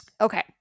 Okay